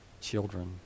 children